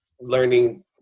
learning